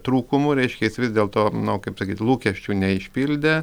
trūkumų reiškia jis vis dėl to nu kaip sakyt lūkesčių neišpildė